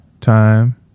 time